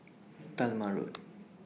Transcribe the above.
Talma Road